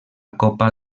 copa